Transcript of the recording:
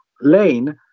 lane